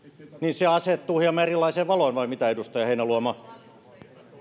asettuu hieman erilaiseen valoon vai mitä edustaja heinäluoma